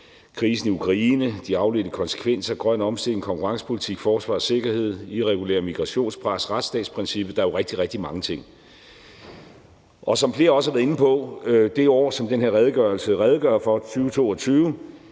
krisen i Ukraine, de afledte konsekvenser deraf, grøn omstilling, konkurrencepolitik, forsvar og sikkerhed, pres fra irregulær migration og retsstatsprincippet. Der er jo rigtig, rigtig mange ting. Som flere også har været inde på, er det år, som den her redegørelse redegør for,